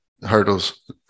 hurdles